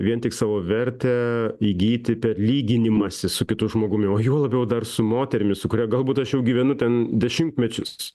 vien tik savo vertę įgyti per lyginimąsi su kitu žmogumi o juo labiau dar su moterimi su kuria galbūt aš jau gyvenu ten dešimtmečius